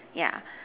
yeah